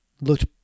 looked